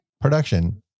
production